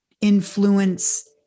influence